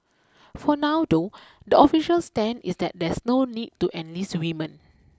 for now though the official stand is that there s no need to enlist women